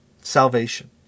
salvation